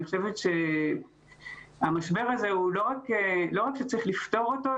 חושבת שהמשבר הזה לא רק שצריך לפתור אותו,